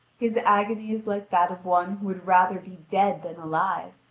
his agony is like that of one who would rather be dead than alive.